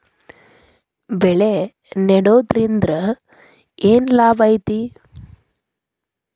ಬೆಳೆ ನೆಡುದ್ರಿಂದ ಏನ್ ಲಾಭ ಐತಿ?